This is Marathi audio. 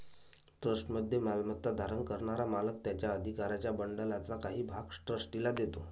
ट्रस्टमध्ये मालमत्ता धारण करणारा मालक त्याच्या अधिकारांच्या बंडलचा काही भाग ट्रस्टीला देतो